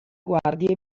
guardie